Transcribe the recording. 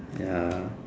ya